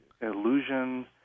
illusion